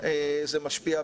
זה משפיע.